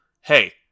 hey